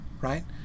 right